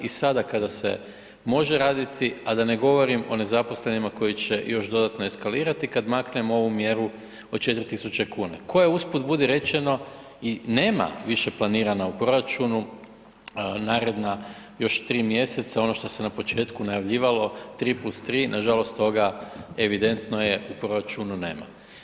I sada kada se može raditi, a da ne govorim o nezaposlenima koji će još dodatno eskalirati kad maknemo ovu mjeru od 4.000 kuna, koja usput budi rečeno i nema više planirana u proračunu naredna još 3 mjeseca ono što se na početku najavljivalo 3 + 3, nažalost toga evidentno je u proračunu nema.